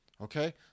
Okay